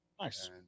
nice